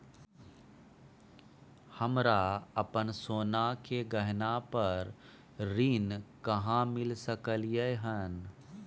हमरा अपन सोना के गहना पर ऋण कहाॅं मिल सकलय हन?